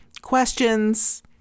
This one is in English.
questions